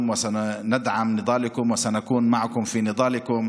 ונתמוך במאבקכם ונהיה איתכם במאבקכם